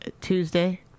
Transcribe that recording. Tuesday